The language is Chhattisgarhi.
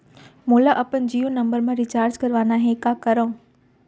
मोला अपन जियो नंबर म रिचार्ज करवाना हे, का करव?